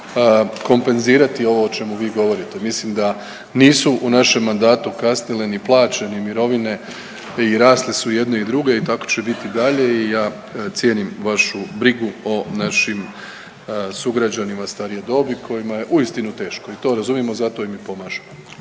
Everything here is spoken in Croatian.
kompenzirati ovo o čemu vi govorite. Mislim da nisu u našem mandatu kasnile ni plaće, ni mirovine i rasle su i jedne i druge i tako će biti i dalje. I ja cijenim vašu brigu o našim sugrađanima starije dobi kojima je uistinu teško i to razumijemo, zato im i pomažemo.